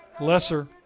lesser